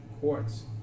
courts